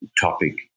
topic